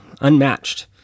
Unmatched